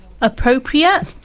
appropriate